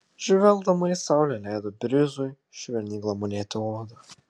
žvelgdama į saulę leido brizui švelniai glamonėti odą